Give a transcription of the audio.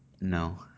no